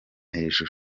hejuru